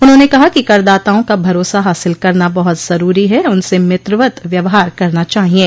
उन्होंने कहा कि करदाताओं का भरोसा हासिल करना बहुत जरूरी है उनसे मित्रवत व्यवहार करना चाहिये